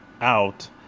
out